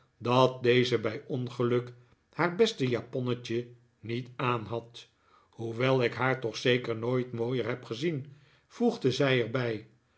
dat deze bij ongeluk haar beste japonnetje niet aanhad hoewel ik haar toch zeker nooit mooier heb gezien voegde zij er